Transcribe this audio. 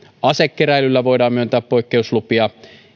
asekeräilylle voidaan myöntää poikkeuslupia